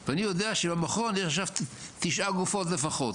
ואני יודע שבמכון יש עוד 9 גופות לפחות.